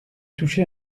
touché